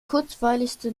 kurzwelligste